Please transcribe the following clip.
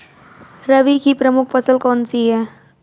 रबी की प्रमुख फसल कौन सी है?